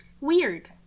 weird